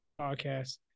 podcast